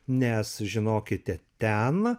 nes žinokite ten